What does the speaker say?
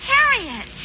Harriet